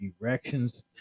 erections